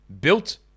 built